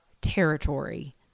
territory